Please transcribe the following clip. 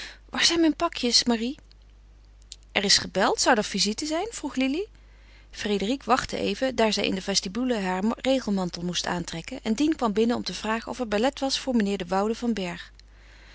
waar zijn mijn pakjes marie er is gebeld zou daar visite zijn vroeg lili frédérique wachtte even daar zij in de vestibule haren regenmantel moest aantrekken en dien kwam binnen om te vragen of er belet was voor meneer de woude van bergh